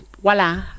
voila